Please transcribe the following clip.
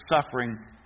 suffering